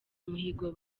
umuhigo